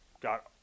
got